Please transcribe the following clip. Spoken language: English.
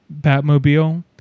Batmobile